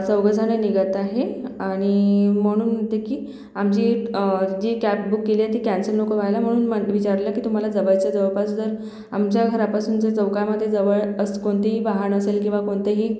चौघजणं निघत आहे आणि म्हणून ते की आमची जी कॅब बुक केली आहे ती कॅन्सल नको व्हायला म्हणून मद विचारलं की तुम्हाला जवळच्या जवळपास जर आमच्या घरापासून जे चौकामध्ये जवळ असं कोणतेही वाहन असेल किंवा कोणतेही